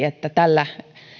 että tällä